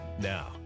Now